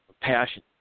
passion